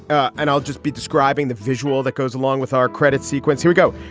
and i'll just be describing the visual that goes along with our credit sequence here we go.